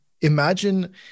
imagine –